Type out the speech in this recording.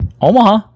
Omaha